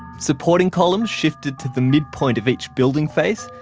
supporting columns shifted to the midpoint of each building face,